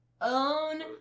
own